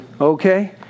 Okay